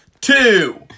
two